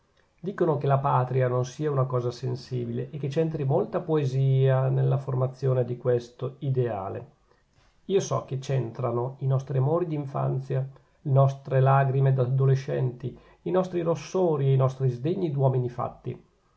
dicono che la patria non sia una cosa sensibile e che c'entri molta poesia nella formazione di questo ideale io so che c'entrano i nostri amori d'infanzia le nostre lagrime d'adolescenti i nostri rossori e i nostri sdegni d'uomini fatti